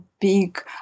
big